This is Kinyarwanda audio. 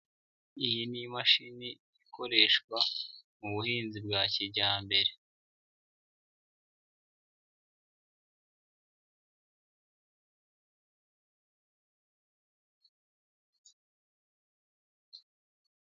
Iyi ni imashini ikoreshwa mu buhinzi bwa kijyambere.